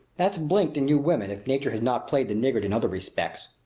that's blinked in you women if nature has not played the niggard in other respects.